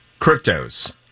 cryptos